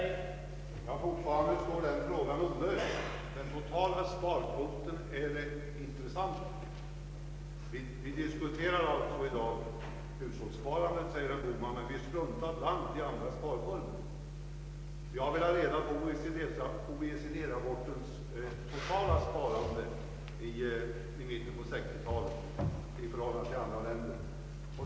Herr talman! Fortfarande är det problem jag tog upp olöst. Den totala sparkvoten är intressant. Herr Bohman säger att vi dag diskuterar hushållssparandet, men han struntar blankt i andra sparformer. Jag vill ha reda på det totala sparandet i vårt land i mitten av 1960-talet enligt OECD-rapporten i förhållande till sparandet i andra länder.